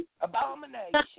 Abomination